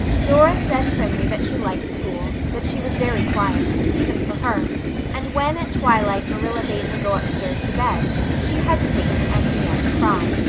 dora said primly that she liked school but she was very quiet, even for her and when at twilight marilla bade her go upstairs to bed she hesitated and began to cry.